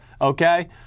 okay